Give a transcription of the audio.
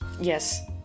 Yes